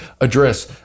address